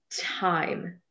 time